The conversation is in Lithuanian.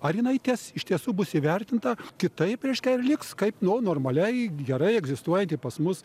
ar jinai ties iš tiesų bus įvertinta kitaip reiškia ar liks kaip normaliai gerai egzistuojanti pas mus